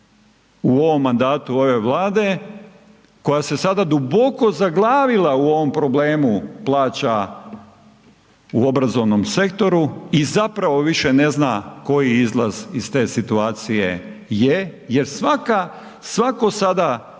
u ovom mandatu ove Vlade koja se sada duboko zaglavila u ovom problemu plaća u obrazovnom sektoru i zapravo više ne zna koji izlaz iz te situacije je, jer svaka, svako